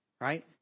right